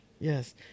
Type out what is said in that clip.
Yes